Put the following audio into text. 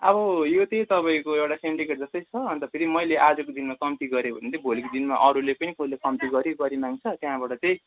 अब यो चाहिँ तपाईँको एउटा सेन्डिकेट जस्तै छ अन्त फेरि मैले आजुको दिनमा कम्ती गरेँ भने फेरि भोलिको दिनमा अरूले पनि कोहीले कम्ती गरि गरिमाग्छ त्यहाँबाट चाहिँ